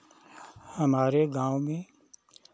हमारे गाँव में